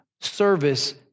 service